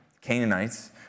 Canaanites